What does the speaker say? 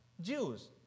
Jews